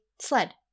sled